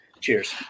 Cheers